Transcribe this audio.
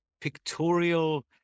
pictorial